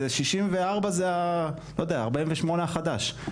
זה 64 זה ה-48 החדש,